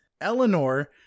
Eleanor